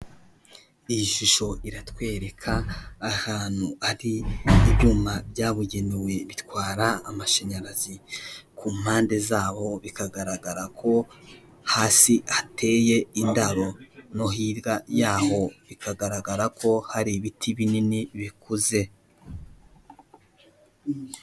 Iyi shusho iratwereka ahantu hari ibyuma byabugenewe bitwara amashanyarazi. ku mpande zabo bikagaragara ko hasi hateye indabo, no hirya yaho bikagaragara ko hari ibiti binini bikuze.